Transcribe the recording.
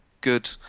good